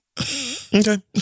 Okay